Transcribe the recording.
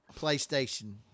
PlayStation